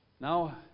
Now